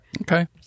Okay